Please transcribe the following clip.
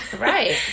Right